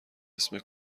اسم